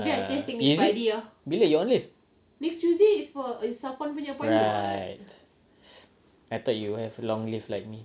ya is it bila you on leave right I thought you have long leave like